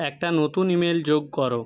একটা নতুন ইমেল যোগ করো